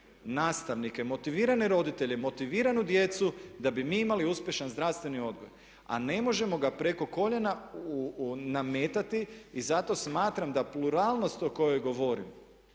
nastavnike, motivirane roditelje, motiviranu djecu da bi mi imali uspješan zdravstveni odgoj. A ne možemo ga preko koljena nametati. I zato smatram da pluralnost o kojoj govorim